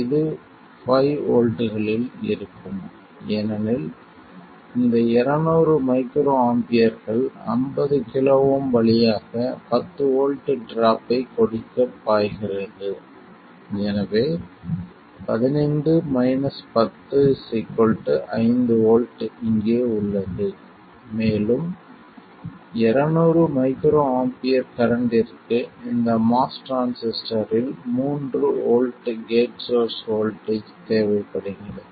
இது 5 வோல்ட்டுகளில் இருக்கும் ஏனெனில் இந்த 200 மைக்ரோ ஆம்பியர்கள் 50 kΩ வழியாக 10 வோல்ட் ட்ராப்பைக் கொடுக்க பாய்கிறது எனவே 5 வோல்ட் இங்கே உள்ளது மேலும் 200 மைக்ரோஆம்பியர் கரண்ட்டிற்கு இந்த MOS டிரான்சிஸ்டர் இல் 3 வோல்ட் கேட் சோர்ஸ் வோல்ட்டேஜ் தேவைப்படுகிறது